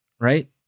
right